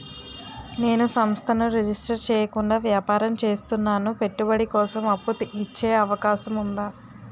నేను సంస్థను రిజిస్టర్ చేయకుండా వ్యాపారం చేస్తున్నాను పెట్టుబడి కోసం అప్పు ఇచ్చే అవకాశం ఉందా?